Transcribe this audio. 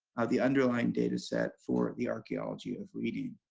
the underlying data set, for the archeology of reading.